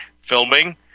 filming